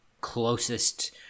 closest